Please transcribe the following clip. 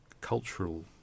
cultural